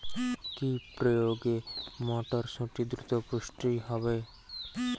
কি প্রয়োগে মটরসুটি দ্রুত পুষ্ট হবে?